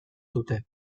dute